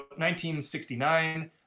1969